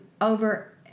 over